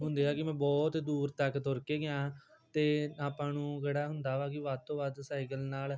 ਹੁੰਦੇ ਆ ਕਿ ਮੈਂ ਬਹੁਤ ਦੂਰ ਤੱਕ ਤੁਰ ਕੇ ਗਿਆ ਅਤੇ ਆਪਾਂ ਨੂੰ ਕਿਹੜਾ ਹੁੰਦਾ ਵਾ ਕਿ ਵੱਧ ਤੋਂ ਵੱਧ ਸਾਈਕਲ ਨਾਲ